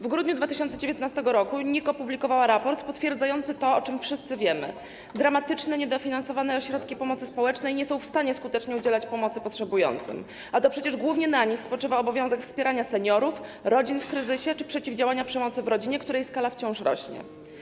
W grudniu 2019 r. NIK opublikowała raport potwierdzający to, o czym wszyscy wiemy: dramatycznie niedofinansowane ośrodki pomocy społecznej nie są w stanie skutecznie udzielać pomocy potrzebującym, a to przecież głównie na nich spoczywa obowiązek wspierania seniorów i rodzin w kryzysie czy przeciwdziałania przemocy w rodzinie, której skala wciąż rośnie.